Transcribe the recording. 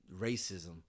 racism